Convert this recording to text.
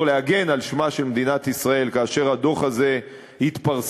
להגן על שמה של מדינת ישראל כאשר הדוח הזה יתפרסם,